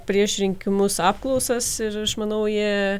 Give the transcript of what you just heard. prieš rinkimus apklausas ir aš manau jie